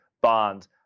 bonds